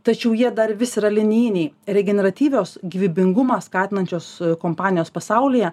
tačiau jie dar vis yra linijiniai regeneratyvios gyvybingumą skatinančios kompanijos pasaulyje